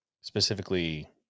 specifically